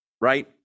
right